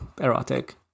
erotic